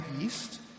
east